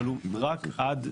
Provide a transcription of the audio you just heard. אבל הוא רק עד.